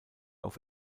auf